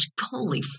holy